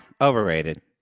overrated